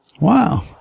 Wow